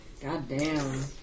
Goddamn